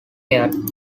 cared